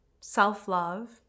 self-love